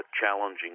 challenging